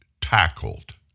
tackled